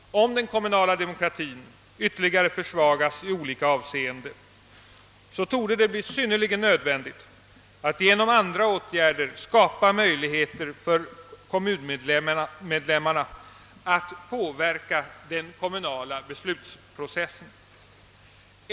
Om den kommunala demokratien ytterligare försvagas i olika avseenden, torde det bli synnerligen nödvändigt att genom andra åtgärder skapa möjligheter för kommunmedlemmarna att påverka den kommunala beslutsprocessen.